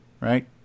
right